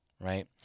Right